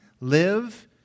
live